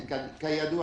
כידוע,